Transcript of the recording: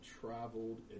traveled